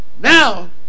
Now